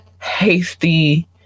hasty